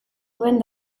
duen